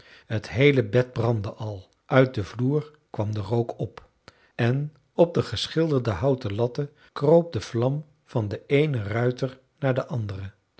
t heele bed brandde al uit den vloer kwam de rook op en op de geschilderde houten latten kroop de vlam van den eenen ruiter naar den anderen